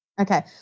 Okay